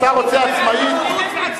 אתה רוצה עצמאית, זו לא בעיה.